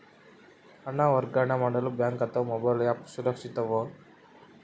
ಹಣ ವರ್ಗಾವಣೆ ಮಾಡಲು ಬ್ಯಾಂಕ್ ಅಥವಾ ಮೋಬೈಲ್ ಆ್ಯಪ್ ಸುರಕ್ಷಿತವೋ?